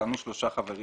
יכהנו שלושה חברים,